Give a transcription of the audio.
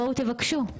בואו תבקשו.